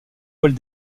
vols